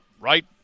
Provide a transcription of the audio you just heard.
right